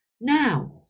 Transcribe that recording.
Now